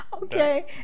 Okay